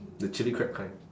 the chilli crab kind